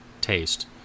taste